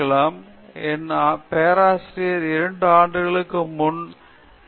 நான் எனது பேராசிரியர் 2 ஆண்டுகளுக்கு முன்பு தான் இங்கு இணைந்தார்